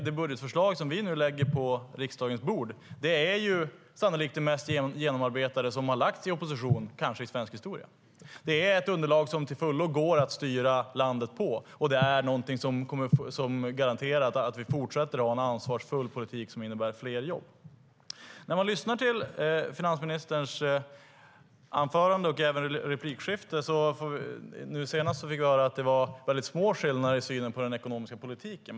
Det budgetförslag som vi nu lägger på riksdagens bord är sannolikt det mest genomarbetade som har lagts fram i opposition i svensk historia. Det är ett underlag som till fullo går att styra landet på och som garanterar en fortsatt ansvarsfull politik som innebär fler jobb.I finansministerns senaste replikskifte fick vi höra att det är mycket små skillnader i synen på den ekonomiska politiken.